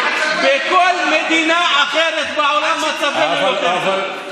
בכל מדינה אחרת בעולם מצבנו יותר טוב.